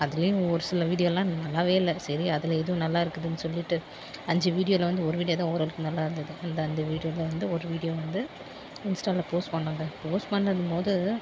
அதுலயும் ஒரு சில வீடியோலாம் நல்லாவே இல்லை சரி அதில் எது நல்லா இருக்குதுன்னு சொல்லிவிட்டு அஞ்சு வீடியோவில வந்து ஒரு வீடியோ தான் ஓரளவுக்கு நல்லாருந்துது அந்த அந்த வீடியோவில வந்து ஒரு வீடியோவை வந்து இன்ஸ்டாவில போஸ்ட் பண்ணோங்க போஸ்ட் பண்ணதும் போது